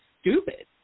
stupid